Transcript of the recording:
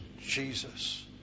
Jesus